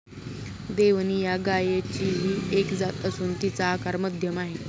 देवणी या गायचीही एक जात असून तिचा आकार मध्यम आहे